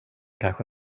kanske